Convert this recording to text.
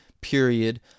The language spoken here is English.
period